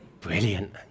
Brilliant